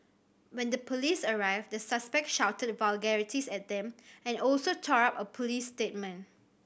when the police arrived the suspect shouted vulgarities at them and also tore up a police statement